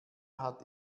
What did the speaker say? hat